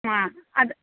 ಹಾಂ ಅದು